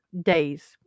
days